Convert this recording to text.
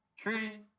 three